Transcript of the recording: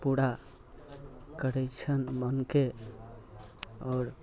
पूरा करै छनि मनके आओर